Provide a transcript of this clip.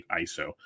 ISO